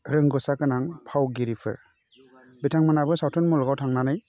रोंगौसा गोनां फावगिरि बिथांमोनाबो सावथुन मुलुगाव थांनानै